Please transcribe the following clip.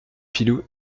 filous